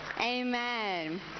Amen